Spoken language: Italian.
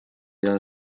dal